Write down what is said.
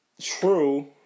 True